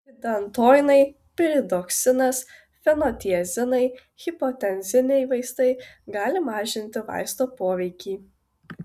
hidantoinai piridoksinas fenotiazinai hipotenziniai vaistai gali mažinti vaisto poveikį